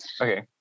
Okay